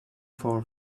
for